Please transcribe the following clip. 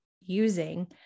using